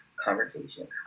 conversation